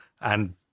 and-